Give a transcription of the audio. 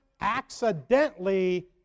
accidentally